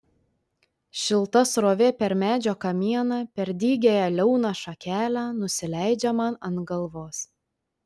šilta srovė per medžio kamieną per dygiąją liauną šakelę nusileidžia man ant galvos